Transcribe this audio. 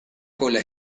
cola